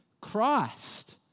Christ